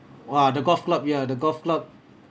!wah! the golf club ya the golf club